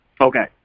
Okay